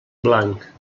blanc